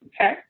Okay